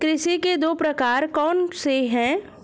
कृषि के दो प्रकार कौन से हैं?